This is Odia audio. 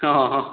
ହଁ ହଁ ହଁ